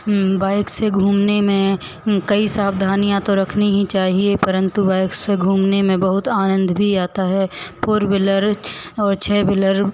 हम बाइक से घूमने में हम कई सावधानियाँ तो रखनी ही चाहिए परन्तु बाइक से घूमने में बहुत आनंद भी आता है फोर वीलर और छह वीलर